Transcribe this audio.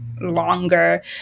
longer